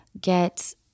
get